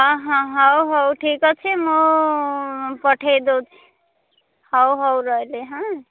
ହଁ ହଁ ହଉ ହଉ ଠିକ୍ ଅଛି ମୁଁ ପଠେଇ ଦେଉଛି ହଉ ହଉ ରହିଲି ହାଁ